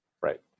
Right